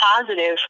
positive